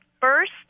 first